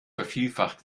vervielfacht